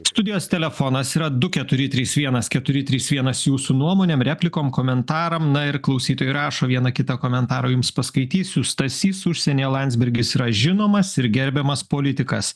studijos telefonas yra du keturi trys vienas keturi trys vienas jūsų nuomonėm replikom komentaram na ir klausytojai rašo vieną kitą komentarą jums paskaitysiu stasys užsienyje landsbergis yra žinomas ir gerbiamas politikas